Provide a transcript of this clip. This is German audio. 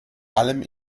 allem